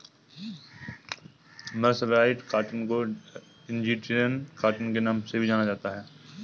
mercerised cotton को Egyptian cotton के नाम से भी जाना जाता है